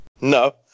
No